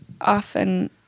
often